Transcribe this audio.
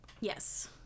Yes